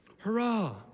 Hurrah